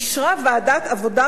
אישרה ועדת העבודה,